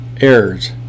errors